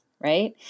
right